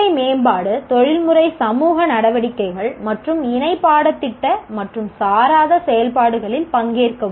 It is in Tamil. தொழில்முறை மேம்பாடு தொழில்முறை சமூக நடவடிக்கைகள் மற்றும் இணை பாடத்திட்ட மற்றும் சாராத செயல்பாடுகளில் பங்கேற்கவும்